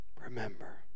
Remember